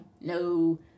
no